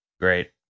Great